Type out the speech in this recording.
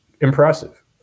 impressive